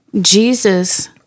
Jesus